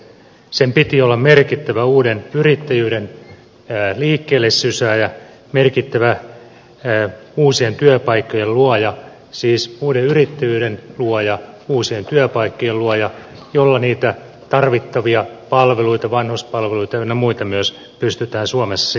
sen piti olla merkittävä uuden yrittäjyyden liikkeellesysääjä merkittävä uusien työpaikkojen luoja siis uuden yrittäjyyden luoja uusien työpaikkojen luoja joilla niitä tarvittavia palveluita vanhuspalveluita ynnä muita myös pystytään suomessa sitten toteuttamaan